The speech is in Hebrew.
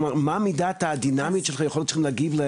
כלומר, מה מידת הדינאמיות שבה היו צריכים להגיב?